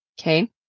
okay